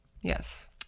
yes